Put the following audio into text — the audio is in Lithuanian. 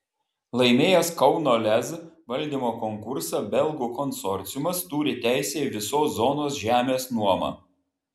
laimėjęs kauno lez valdymo konkursą belgų konsorciumas turi teisę į visos zonos žemės nuomą